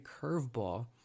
curveball